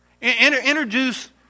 Introduce